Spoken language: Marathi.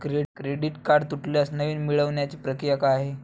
क्रेडिट कार्ड तुटल्यास नवीन मिळवण्याची प्रक्रिया काय आहे?